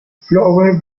flower